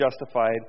justified